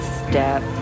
step